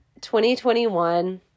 2021